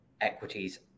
equities